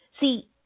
See